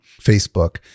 Facebook